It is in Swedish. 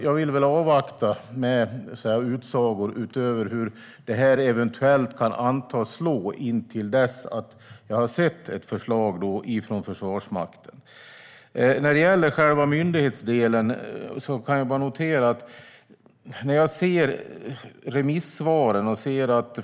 Jag vill avvakta med utsagor, utöver hur detta eventuellt kan antas slå, intill dess att jag har sett ett förslag från Försvarsmakten. När det gäller själva myndighetsdelen kan jag bara notera vad jag ser i remissvaren.